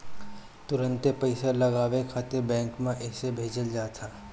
तुरंते पईसा लगावे खातिर बैंक में अइसे भेजल जात ह